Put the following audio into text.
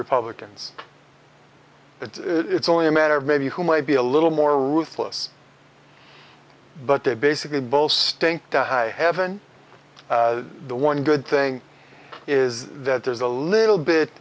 republicans it's only a matter of maybe who might be a little more ruthless but they basically both stink to high heaven the one good thing is that there's a little bit